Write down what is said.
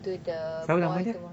to the boy tomorrow